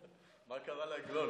מה קרה לעגלון,